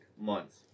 months